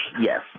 Yes